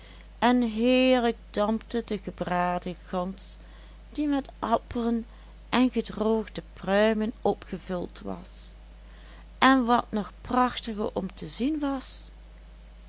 en heerlijk dampte de gebraden gans die met appelen en gedroogde pruimen opgevuld was en wat nog prachtiger om te zien was